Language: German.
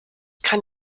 kann